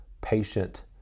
patient